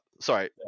sorry